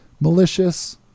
malicious